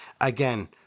again